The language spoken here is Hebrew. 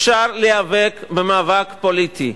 אפשר להיאבק במאבק פוליטי,